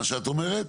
מה שאת אומרת.